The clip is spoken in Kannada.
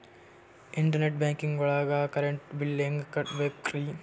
ಇಂಟರ್ನೆಟ್ ಬ್ಯಾಂಕಿಂಗ್ ಒಳಗ್ ಕರೆಂಟ್ ಬಿಲ್ ಹೆಂಗ್ ಕಟ್ಟ್ ಬೇಕ್ರಿ?